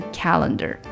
calendar